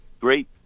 great